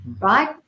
right